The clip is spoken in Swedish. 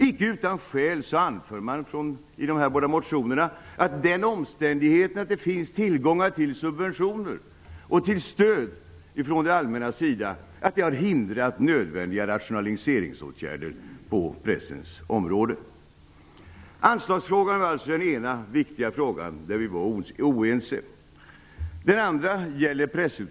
Inte utan skäl anför man i dessa båda motioner att den omständigheten att det finns tillgång till subventioner och till stöd från det allmännas sida har hindrat nödvändiga rationaliseringsåtgärder på pressens område. Anslagsfrågan var alltså den ena viktiga frågan där vi var oense i utskottet.